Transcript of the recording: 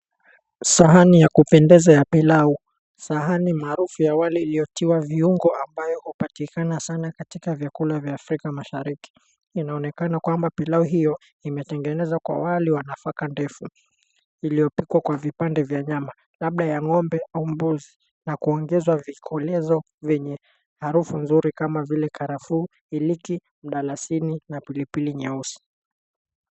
Sahani ya kupendeza ya pilau. Sahani maarufu ya wali iliyotiwa viungo ambayo hupatikana sana katika vyakula vya Afrika Mashariki. Inaonekana kwamba pilau hiyo imetengenezwa kwa wali wa nafaka ndefu iliyopikwa kwa vipande vya nyama, labda ya ng'ombe au mbuzi, na kuongezwa vikolezo vyenye harufu nzuri kama vile karafuu, iliki, mdalasini na pilipili nyeusi.